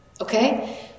Okay